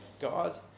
God